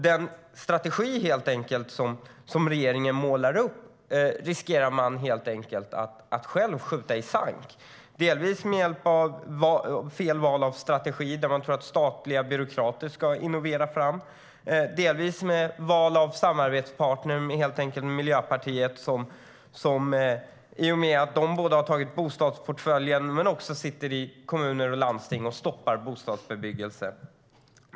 Den strategi regeringen målar upp riskerar man helt enkelt att själv skjuta i sank. Man gör det delvis genom fel val av strategi, alltså att man tror att statliga byråkrater ska få fram innovationer, och delvis genom valet av Miljöpartiet som samarbetspartner. De har nämligen både tagit bostadsportföljen och sitter i kommuner och landsting och stoppar bostadsbebyggelse.